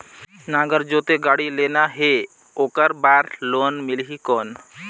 नागर जोते गाड़ी लेना हे ओकर बार लोन मिलही कौन?